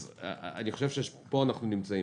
אז, לדעתי, פה אנחנו נמצאים.